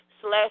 slash